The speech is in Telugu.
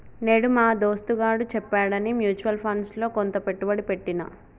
నేను మా దోస్తుగాడు చెప్పాడని మ్యూచువల్ ఫండ్స్ లో కొంత పెట్టుబడి పెట్టిన